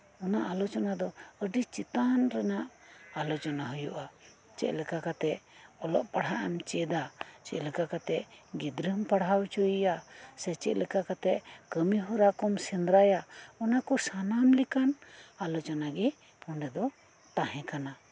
ᱚᱱᱟ ᱟᱞᱚᱪᱚᱱᱟ ᱫᱚ ᱟᱹᱰᱤ ᱪᱮᱛᱟᱱ ᱨᱮᱱᱟᱜ ᱟᱞᱚᱪᱚᱱᱟ ᱦᱩᱭᱩᱜ ᱟ ᱪᱮᱫᱞᱮᱠᱟ ᱠᱟᱛᱮᱜ ᱚᱞᱚᱜ ᱯᱟᱲᱦᱟᱜᱮᱢ ᱪᱮᱫᱟ ᱪᱮᱫᱞᱮᱠᱟ ᱠᱟᱛᱮᱜ ᱜᱤᱫᱽᱨᱟᱹᱢ ᱯᱟᱲᱦᱟᱣ ᱩᱪᱩᱭᱮᱭᱟ ᱥᱮ ᱪᱮᱫᱞᱮᱠᱟ ᱠᱟᱛᱮᱜ ᱠᱟᱹᱢᱤᱦᱚᱨᱟ ᱠᱚᱢ ᱥᱮᱸᱫᱽᱨᱟᱭᱟ ᱚᱱᱟᱠᱩ ᱥᱟᱱᱟᱢ ᱞᱮᱠᱟᱱ ᱟᱞᱚᱪᱚᱱᱟᱜᱤ ᱱᱚᱰᱮ ᱫᱚ ᱛᱟᱦᱮᱸᱠᱟᱱᱟ